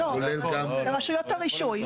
לא, לרשויות הרישוי.